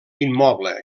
immoble